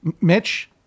Mitch